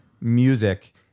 music